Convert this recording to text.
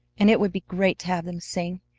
and it would be great to have them sing.